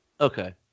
Okay